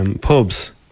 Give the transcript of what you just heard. pubs